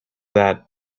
that